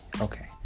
Okay